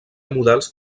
models